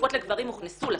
ותרופות לגברים הוכנסו לסל.